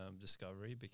discovery